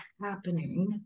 happening